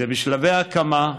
זה בשלבי הקמה.